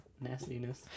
nastiness